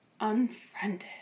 unfriended